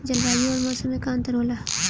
जलवायु और मौसम में का अंतर होला?